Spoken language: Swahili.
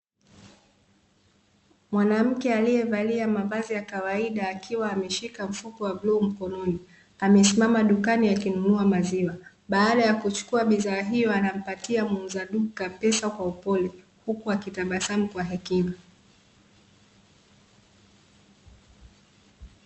Mwanamke aliyevalia mavazi ya kawaida akiwa ameshika mfuko wa blue mkononi amesimama dukani akinunua maziwa baada ya kuchukua bidhaa hiyo anampatia muuza duka pesa kwa upole huku akitabasamu kwa hekima.